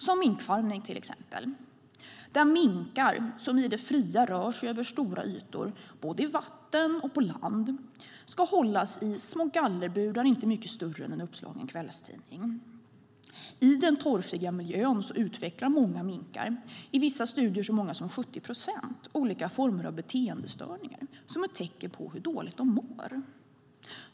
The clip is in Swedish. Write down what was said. Det gäller till exempel minkfarmning, där minkar, som i det fria rör sig över stora ytor både i vatten och på land, ska hållas i små gallerburar inte mycket större än en uppslagen kvällstidning. I den torftiga miljön utvecklar många minkar - i vissa studier så många som 70 procent - olika former av beteendestörningar som ett tecken på hur dåligt de mår.